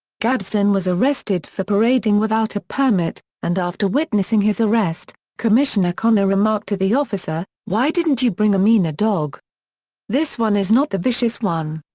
gadsden was arrested for parading without a permit, and after witnessing his arrest, arrest, commissioner connor remarked to the officer, why didn't you bring a meaner dog this one is not the vicious one.